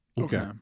Okay